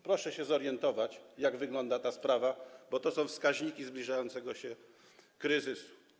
Proszę się zorientować, jak wygląda ta sprawa, bo są to wskaźniki zbliżającego się kryzysu.